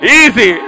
easy